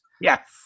Yes